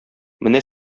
менә